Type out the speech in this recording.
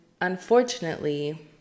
unfortunately